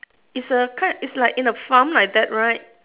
it's a ki~ it's like in a farm like that right